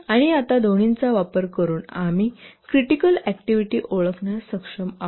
आणि आता दोन्हीचा वापर करून आम्ही क्रिटिकल ऍक्टिव्हिटी ओळखण्यास सक्षम आहोत